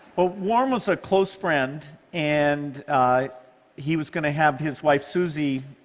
but warren was a close friend, and he was going to have his wife suzie